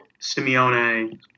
Simeone